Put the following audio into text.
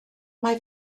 mae